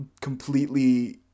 completely